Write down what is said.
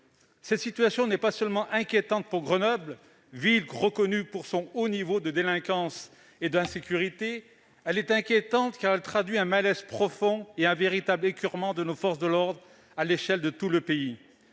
Cette situation n'est pas seulement inquiétante pour Grenoble, ville connue pour son haut niveau de délinquance et d'insécurité. Elle est inquiétante, car elle traduit un malaise profond et un véritable écoeurement de nos forces de l'ordre à l'échelle de tout le pays.